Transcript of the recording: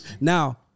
Now